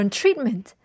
treatment